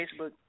Facebook